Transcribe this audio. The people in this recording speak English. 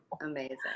amazing